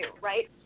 right